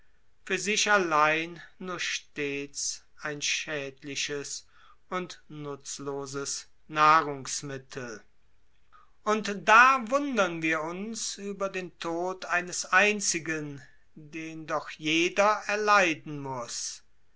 für sich allein nur stets ein schädliches und nutzloses nahrungsmittel und da wundern wir uns über den tod eines einzigen den doch jeder erleiden muß